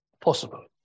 possible